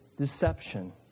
deception